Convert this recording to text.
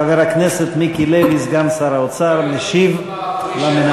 חבר הכנסת מיקי לוי, סגן שר האוצר משיב למנמקים.